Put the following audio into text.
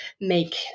make